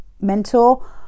mentor